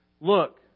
Look